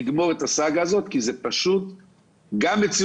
לסיים את הסאגה הזאת כי זאת גם מציאות